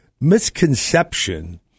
misconception